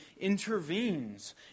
intervenes